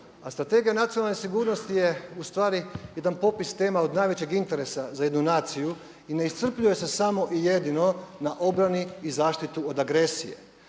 A Strategija nacionalne sigurnosti je ustvari jedan popis tema od najvećeg interesa za jednu naciju i ne iscrpljuje se samo i jedino na obrani i zaštiti od agresije.